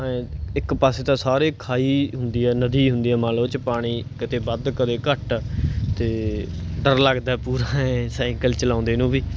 ਐਂ ਇੱਕ ਪਾਸੇ ਤਾਂ ਸਾਰੇ ਖਾਈ ਹੁੰਦੀ ਆ ਨਦੀ ਹੁੰਦੀ ਹੈ ਮੰਨ ਲਓ ਉਹ 'ਚ ਪਾਣੀ ਕਿਤੇ ਵੱਧ ਕਦੇ ਘੱਟ ਅਤੇ ਡਰ ਲੱਗਦਾ ਪੂਰਾ ਸਾਈਕਲ ਚਲਾਉਂਦੇ ਨੂੰ ਵੀ